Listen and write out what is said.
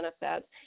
benefits